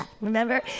Remember